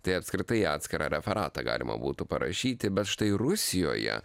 tai apskritai atskirą referatą galima būtų parašyti bet štai rusijoje